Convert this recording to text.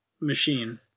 machine